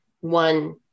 one